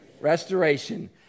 restoration